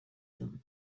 them